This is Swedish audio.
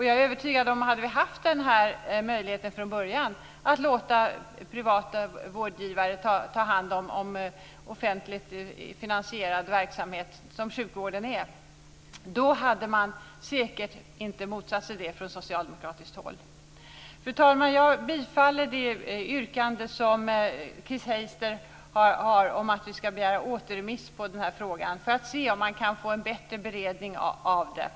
Jag är övertygad om att om vi hade haft den här möjligheten från början, att låta privata vårdgivare ta hand om offentligt finansierad verksamhet, som sjukvården är, hade man säkert inte motsatt sig det från socialdemokratiskt håll. Fru talman! Jag yrkar bifall till Chris Heisters yrkande om att begära återremiss av den här frågan för att se om man kan få en bättre beredning av den.